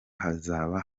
hazaba